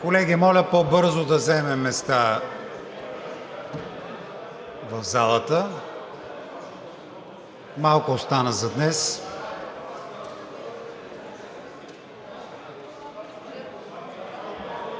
Колеги, моля по-бързо да заемем местата си в залата. Малко остана за днес.